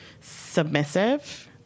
submissive